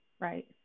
right